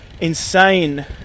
insane